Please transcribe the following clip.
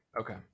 okay